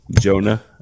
Jonah